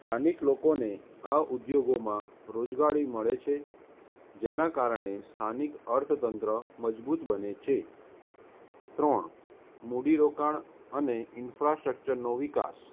સ્થાનિક લોકોને આ ઉદ્યોગોમાં રોજગારી મળે છે જેના કારણે સ્થાનિક અર્થતંત્ર મજબૂત બને છે ત્રણ મૂડીરોકાણ અને ઇન્ફ્રાસ્ટ્રક્ચરનો વિકાસ